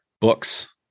books